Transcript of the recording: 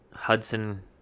Hudson